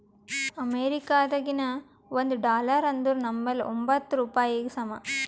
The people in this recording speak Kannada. ಅಮೇರಿಕಾದಾಗಿನ ಒಂದ್ ಡಾಲರ್ ಅಂದುರ್ ನಂಬಲ್ಲಿ ಎಂಬತ್ತ್ ರೂಪಾಯಿಗಿ ಸಮ